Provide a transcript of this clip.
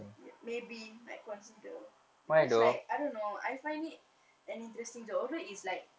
ya maybe might consider because like I don't know I find it an interesting job although it's like